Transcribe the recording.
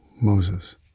Moses